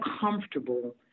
comfortable